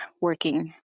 working